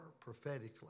prophetically